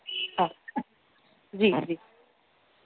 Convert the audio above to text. हा हा जी जी